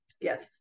Yes